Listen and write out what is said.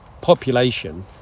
population